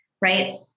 right